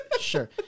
Sure